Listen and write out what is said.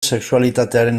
sexualitatearen